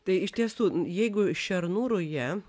tai iš tiesų jeigu šernų ruja